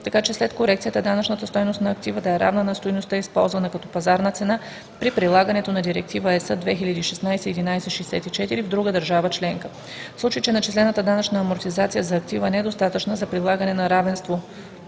така че след корекцията данъчната стойност на актива да е равна на стойността, използвана като пазарна цена при прилагането на Директива (ЕС) 2016/1164 в другата държава членка. В случай че начислената данъчна амортизация за актива е недостатъчна за постигане на равенството